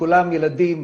כולם ילדים,